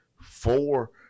four